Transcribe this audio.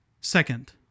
Second